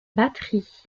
batteries